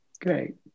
Great